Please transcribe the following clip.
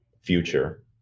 future